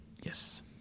Yes